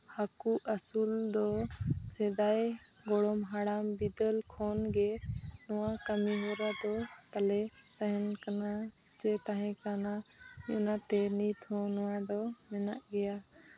ᱦᱟᱹᱠᱩ ᱟᱹᱥᱩᱞ ᱫᱚ ᱥᱮᱫᱟᱭ ᱜᱚᱲᱚᱢ ᱦᱟᱲᱟᱢ ᱵᱤᱫᱟᱹᱞ ᱠᱷᱚᱱᱜᱮ ᱱᱣᱟ ᱠᱟᱹᱢᱤᱦᱚᱨᱟ ᱫᱚ ᱛᱟᱞᱮ ᱛᱟᱦᱮᱱ ᱠᱟᱱᱟ ᱪᱮ ᱛᱟᱦᱮᱸ ᱠᱟᱱᱟ ᱚᱱᱟᱛᱮ ᱱᱤᱛ ᱦᱚᱸ ᱱᱚᱣᱟᱫᱚ ᱢᱮᱱᱟᱜ ᱜᱮᱭᱟ